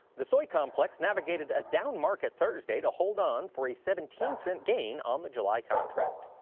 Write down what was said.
the soy complex navigated a down market thursday to hold on for a seventeen cent gain on the july contract.